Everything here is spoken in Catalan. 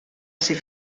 ser